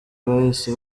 bahise